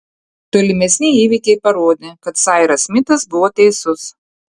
tolimesni įvykiai parodė kad sairas smitas buvo teisus